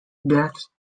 deaths